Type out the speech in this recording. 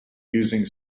using